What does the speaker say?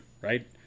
Right